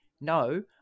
no